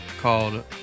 called